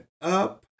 up